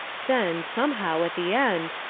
then, somehow, at the end,